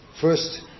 first